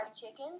chickens